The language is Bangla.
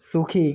সুখী